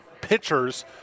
pitchers